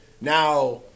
Now